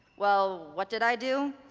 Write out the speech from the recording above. well, what did i do?